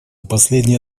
последние